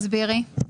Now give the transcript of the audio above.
תסבירי.